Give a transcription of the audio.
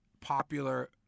popular